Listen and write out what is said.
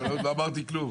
אני לא אמרתי כלום.